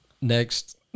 Next